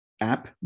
app